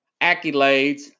accolades